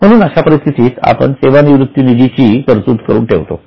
म्हणून अशा परिस्थिती मध्ये आपण सेवा निवृत्त निधी बाबत ची तरतूद करून ठेवतो